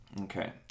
Okay